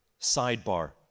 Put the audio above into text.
Sidebar